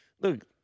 look